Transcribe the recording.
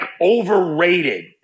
overrated